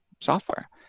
software